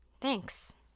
Thanks